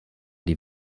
die